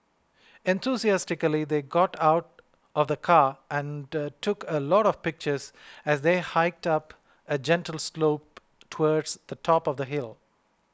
enthusiastically they got out of the car and took a lot of pictures as they hiked up a gentle slope towards the top of the hill